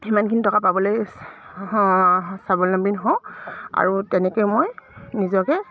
সিমানখিনি টকা পাবলৈ স্বাৱলম্বী হওঁ আৰু তেনেকৈ মই নিজকে